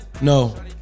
No